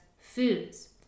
foods